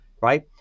right